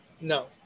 No